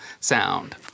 sound